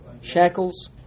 shackles